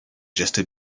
gestes